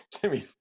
Jimmy